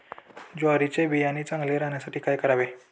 ज्वारीचे बियाणे चांगले राहण्यासाठी काय करावे?